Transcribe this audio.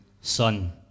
Son